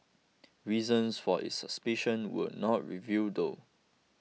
reasons for its suspicion were not reveal though